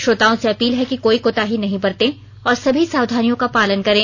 श्रोताओं से अपील हैं कि कोई कोताही नहीं बरतें और सभी सावधानियों का पालन करें